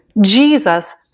Jesus